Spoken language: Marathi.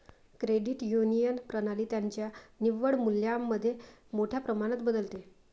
क्रेडिट युनियन प्रणाली त्यांच्या निव्वळ मूल्यामध्ये मोठ्या प्रमाणात बदलते